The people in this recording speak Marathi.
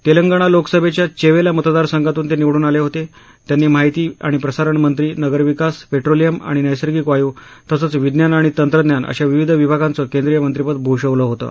तेलंगणा लोकसभेच्या चेवेला मतदारसंघातून ते निवडून आले होते त्यांनी माहिती आणि प्रसारणमंत्री नगरविकास पेट्रोलियम आणि नैसर्गिक वायू तसंच विज्ञान आणि तंत्रज्ञान अशा विविध विभागांचं केंदीय मंत्रीपद भूषवलं होतं